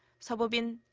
so bo-bin,